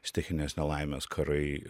stichinės nelaimės karai